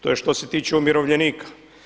To je što se tiče umirovljenika.